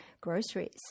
groceries